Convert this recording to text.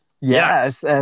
Yes